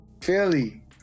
Philly